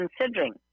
considering